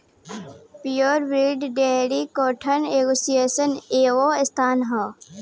pure breed dairy cattle association एगो संस्था ह